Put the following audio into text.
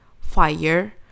Fire